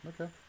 Okay